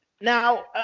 now